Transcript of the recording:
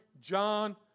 John